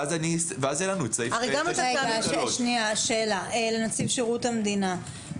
שאלה לנציב שירות המדינה,